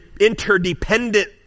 interdependent